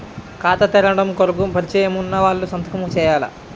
ఖాతా తెరవడం కొరకు పరిచయము వున్నవాళ్లు సంతకము చేయాలా?